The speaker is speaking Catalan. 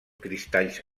cristalls